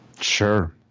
Sure